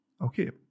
Okay